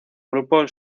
grupo